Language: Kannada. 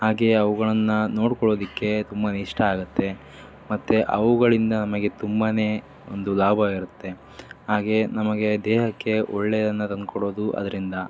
ಹಾಗೇ ಅವುಗಳನ್ನ ನೋಡ್ಕೊಳೋದಕ್ಕೆ ತುಂಬ ಇಷ್ಟ ಆಗುತ್ತೆ ಮತ್ತು ಅವುಗಳಿಂದ ನಮಗೆ ತುಂಬಾ ಒಂದು ಲಾಭವಿರುತ್ತೆ ಹಾಗೇ ನಮಗೆ ದೇಹಕ್ಕೆ ಒಳ್ಳೆಯನ್ನದನ್ನು ಕೊಡೋದು ಅದರಿಂದ